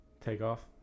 Takeoff